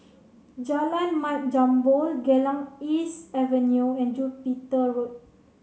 Jalan Mat Jambol Geylang East Avenue and Jupiter Road